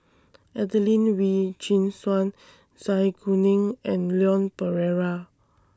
Adelene Wee Chin Suan Zai Kuning and Leon Perera